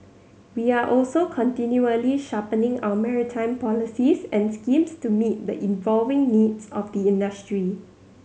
we are also continually sharpening our maritime policies and schemes to meet the evolving needs of the industry